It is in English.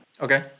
Okay